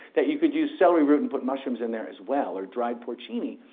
that you could use celery root and put mushrooms in there as well, or dried porcini.